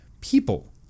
people